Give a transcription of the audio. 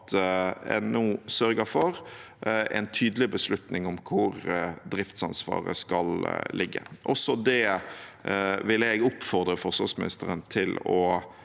en nå sørger for en tydelig beslutning om hvor driftsansvaret skal ligge. Også det vil jeg oppfordre forsvarsministeren til å